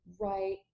right